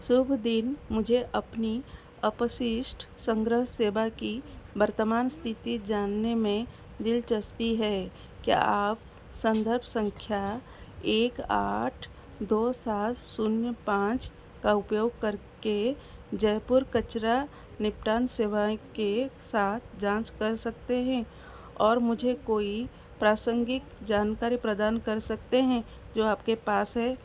शुभ दिन मुझे अपनी अपशिष्ट संग्रह सेवा की वर्तमान स्थिति जानने में दिलचस्पी है क्या आप संदर्भ संख्या एक आठ दो सात शून्य पाँच का उपयोग करके जयपुर कचरा निपटान सेवाएँ के साथ जाँच कर सकते हैं और मुझे कोई प्रासंगिक जानकारी प्रदान कर सकते हैं जो आपके पास है